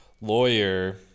lawyer